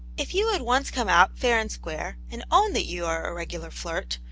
if you would once come out, fair and square, and own that you are a regular flirt,